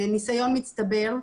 ניסיון מצטבר,